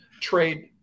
trade